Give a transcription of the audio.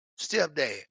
stepdad